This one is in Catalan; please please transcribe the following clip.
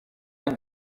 any